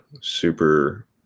super